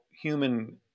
human